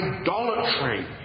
idolatry